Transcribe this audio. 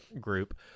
group